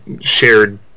shared